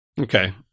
Okay